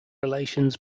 relations